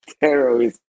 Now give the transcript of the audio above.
terrorist